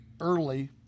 early